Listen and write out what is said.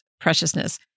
preciousness